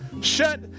shut